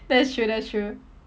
that's true that's true